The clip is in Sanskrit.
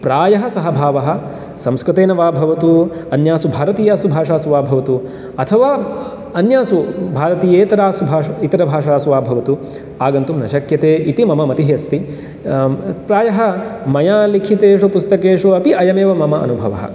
प्रायः सः भावः संस्कृतेन वा भवतु अन्यासु भारतीयासु भाषासु वा भवतु अथवा अन्यासु भारतीयेतरासु इतरभाषासु वा भवतु आगन्तुं न शक्यते इति मम मतिः अस्ति प्रायः मया लिखितेषु पुस्तकेषु अपि अयमेव मम अनुभवः